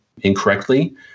incorrectly